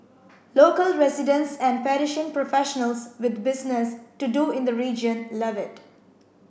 local residents and Parisian professionals with business to do in the region love it